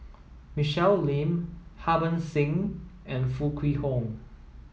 Michelle Lim Harbans Singh and Foo Kwee Horng